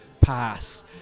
pass